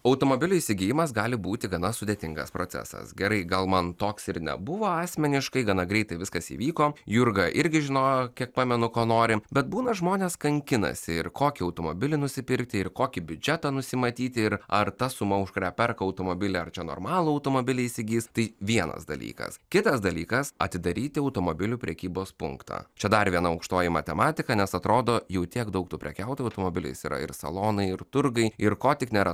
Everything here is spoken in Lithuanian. automobilio įsigijimas gali būti gana sudėtingas procesas gerai gal man toks ir nebuvo asmeniškai gana greitai viskas įvyko jurga irgi žinojo kiek pamenu ko nori bet būna žmonės kankinasi ir kokį automobilį nusipirkti ir kokį biudžetą nusimatyti ir ar ta suma už kurią perka automobilį ar čia normalų automobilį įsigis tai vienas dalykas kitas dalykas atidaryti automobilių prekybos punktą čia dar viena aukštoji matematika nes atrodo jau tiek daug tų prekiautojų automobiliais yra ir salonai ir turgai ir ko tik nėra